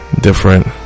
different